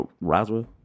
Roswell